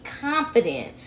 confident